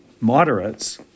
moderates